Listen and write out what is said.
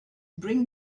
bring